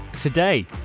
Today